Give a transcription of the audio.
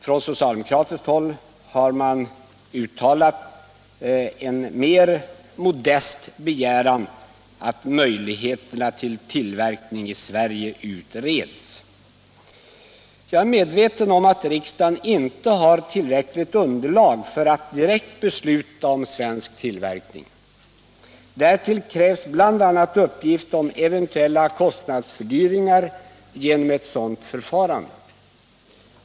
Från socialdemokratiskt håll har man uttalat en mer modest begäran att möjligheterna för tillverkning i Sverige utreds. Jag är medveten om att riksdagen inte har tillräckligt underlag för att direkt besluta om en svensk tillverkning. Därtill krävs bl.a. uppgift om eventuella kostnadsfördyringar genom ett sådant förfarande.